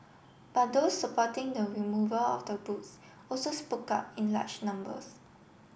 but those supporting the removal of the books also spoke up in large numbers